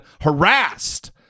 harassed